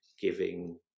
giving